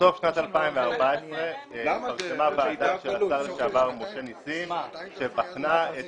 בסוף שנת 2014 הוקמה ועדה של השר לשעבר משה נסים שבחנה את